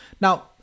Now